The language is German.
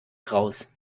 raus